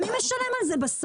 מי משלם על זה בסוף?